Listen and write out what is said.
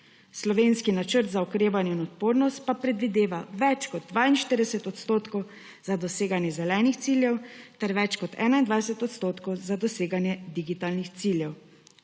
Slovenski načrt za okrevanje in odpornost pa predvideva več kot 41 odstotkov za doseganje zelenih ciljev ter več kot 21 odstotkov za doseganje digitalnih ciljev,